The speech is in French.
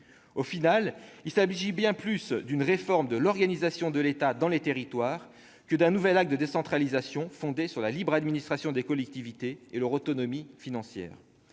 définitive, il s'agit bien plus d'une réforme de l'organisation de l'État dans les territoires que d'un nouvel acte de décentralisation fondé sur la libre administration des collectivités et leur autonomie financière.